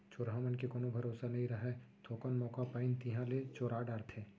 चोरहा मन के कोनो भरोसा नइ रहय, थोकन मौका पाइन तिहॉं ले चोरा डारथें